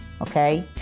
okay